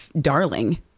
darling